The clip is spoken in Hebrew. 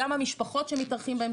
גם המשפחות שמתארחים בהן.